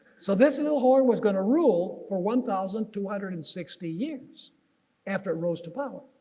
so this little horn was going to rule for one thousand two hundred and sixty years after it rose to power.